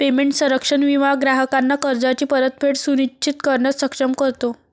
payment संरक्षण विमा ग्राहकांना कर्जाची परतफेड सुनिश्चित करण्यास सक्षम करतो